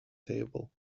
table